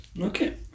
Okay